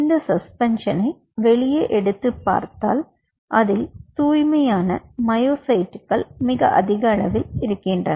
இந்த சஸ்பென்ஷனை வெளியே எடுத்து பார்த்தால் அதில் தூய்மையான மயோசைட்டுகள் அதிகமாக இருக்கின்றன